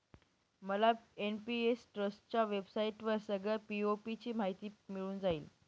मला एन.पी.एस ट्रस्टच्या वेबसाईटवर सगळ्या पी.ओ.पी ची माहिती मिळून जाईल